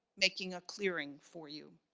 making a clearing for you.